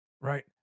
right